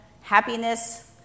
happiness